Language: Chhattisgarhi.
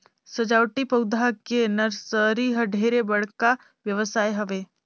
सजावटी पउधा के नरसरी ह ढेरे बड़का बेवसाय हवे